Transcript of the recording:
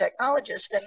technologist